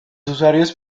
usuarios